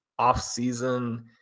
offseason